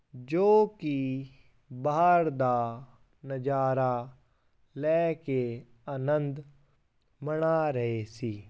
ਜੋ ਕਿ ਬਹਾਰ ਦਾ ਨਜ਼ਾਰਾ ਲੈ ਕੇ ਆਨੰਦ ਮਨਾ ਰਹੇ ਸੀ